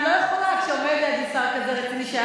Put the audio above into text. אני לא יכולה כשעומד לידי שר כזה רציני,